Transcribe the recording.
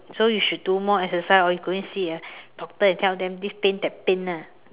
so you should do more exercise or you go and see a doctor and tell them this pain that pain ah